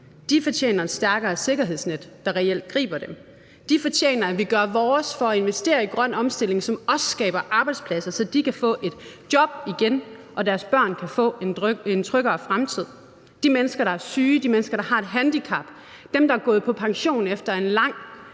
fortjener et stærkere sikkerhedsnet, der reelt griber dem, og de fortjener, at vi gør vores for at investere i grøn omstilling, som også skaber arbejdspladser, så de kan få et job igen og deres børn kan få en tryggere fremtid. De mennesker, der er syge, de mennesker, der har et handicap, og de mennesker, der er gået på pension efter et langt